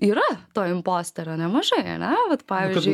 yra to imposterio nemažai ane vat pavyzdžiui